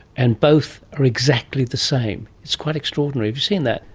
and both are exactly the same. it's quite extraordinary. have you seen that?